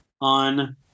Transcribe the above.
on